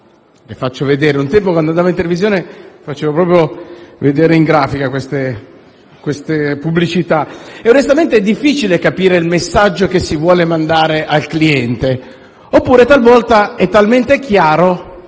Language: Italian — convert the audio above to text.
Posso mostrarlo (un tempo, quando andavo in televisione, facevo vedere in grafica queste pubblicità). Onestamente, è difficile capire il messaggio che si vuole mandare al cliente. Oppure, talvolta, è talmente chiaro